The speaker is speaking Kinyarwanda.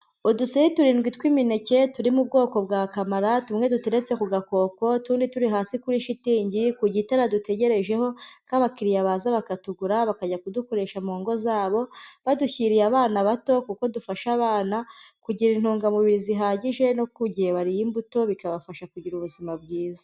Uduseri turindwi tw'imineke turi mu bwoko bwa kamara, tumwe duteretse ku gakoko utundi turi hasi kuri shitingi ku gitara dutegerejeho ko abakiriya baza bakatugura bakajya kudukoresha mu ngo zabo, badushyiriye abana bato kuko dufasha abana kugira intungamubiri zihagije no ku gihe bariye imbuto bikabafasha kugira ubuzima bwiza.